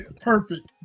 Perfect